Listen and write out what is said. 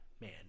man